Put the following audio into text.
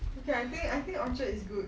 okay I think orchard is good